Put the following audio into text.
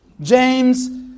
James